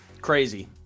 Crazy